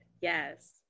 Yes